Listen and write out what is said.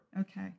Okay